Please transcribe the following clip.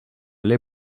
les